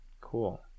Cool